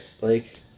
Blake